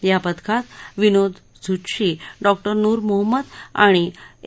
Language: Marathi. या पथकात विनोद झुत्शी डॉ नूर मोहम्मद आणि ए